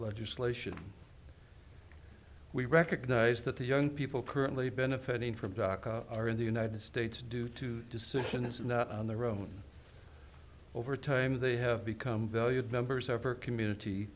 legislation we recognize that the young people currently benefiting from are in the united states due to decision is not on their own over time they have become valued members ever community